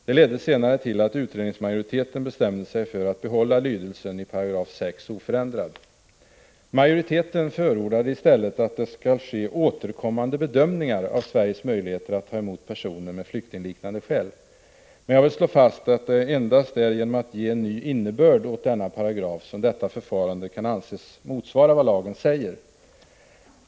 Det ledde senare till att utredningsmajoriteten bestämde sig för att behålla lydelsen i 6 § oförändrad. Majoriteten förordade i stället att det skall ske ”återkommande bedömningar” av Sveriges möjligheter att ta emot personer med flyktingliknande skäl. Men jag vill slå fast, att det endast är genom att ge en ny innebörd åt denna paragraf som detta förfarande kan anses motsvara vad lagen säger.